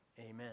amen